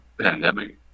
pandemic